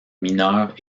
mineurs